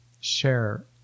share